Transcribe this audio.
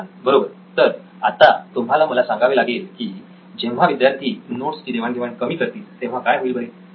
खूप छान बरोबर तर आता तुम्हाला मला सांगावे लागेल की जेव्हा विद्यार्थी नोट्स ची देवाण घेवाण कमी करतील तेव्हा काय होईल बरे